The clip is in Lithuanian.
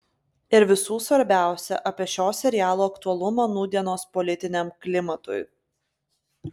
ir visų svarbiausia apie šio serialo aktualumą nūdienos politiniam klimatui